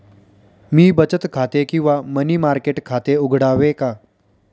मी बचत खाते किंवा मनी मार्केट खाते उघडावे का?